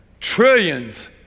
trillions